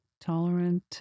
tolerant